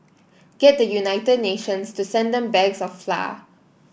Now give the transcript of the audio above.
get the United Nations to send them bags of flour